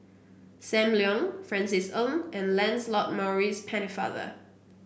Sam Leong Francis Ng and Lancelot Maurice Pennefather